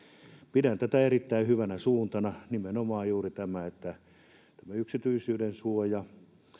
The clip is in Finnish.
pidän erittäin hyvänä suuntana nimenomaan juuri tätä että yksityisyydensuoja